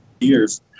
years